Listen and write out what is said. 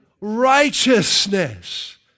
righteousness